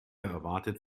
erwartet